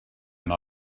and